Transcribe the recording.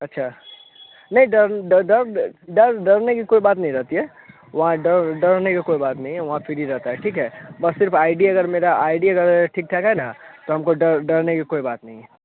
अच्छा नहीं डर डर डर डरने की कोई बात नहीं रहती है वहाँ डर डरने की कोई बात नहीं है वहाँ फ्री रहता है ठीक है बस सिर्फ आईडी अगर मेरा आई डी अगर ठीक ठाक है ना तब हमको डरने डरने की कोई बात नहीं हैं